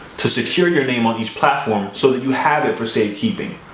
to secure your name on each platform so that you have it for safe keeping.